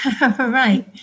Right